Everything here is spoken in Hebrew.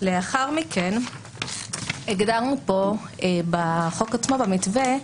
לאחר מכן הגדרנו כאן בחוק עצמו, במתווה,